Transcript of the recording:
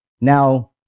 now